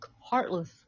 heartless